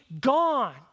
gone